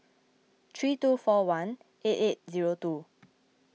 three two four one eight eight zero two